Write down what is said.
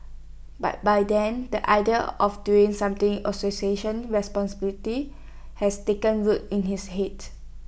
but by then the idea of doing something association responsibility has taken root in his Head